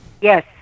Yes